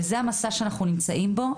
וזה המסע שאנחנו נמצאים בו.